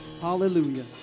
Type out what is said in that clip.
Hallelujah